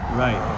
right